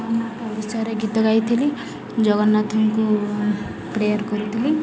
ମୁଁ ମୁଁ ଓଡ଼ିଶାରେ ଗୀତ ଗାଇଥିଲି ଜଗନ୍ନାଥଙ୍କୁ ପ୍ରେୟର୍ କରିଥିଲି